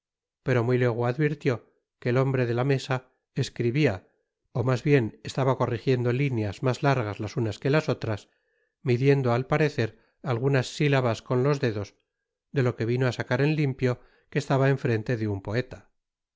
pero muy luego advirtió que el hombre de la mesa escribia ó mas bien estaba corrijiendo lineas mas largas las unas que las otras midiendo al parecer algunas silabas con los ded os de lo que vino á sacar en timpio que estaba en frente de un poeta